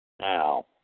Now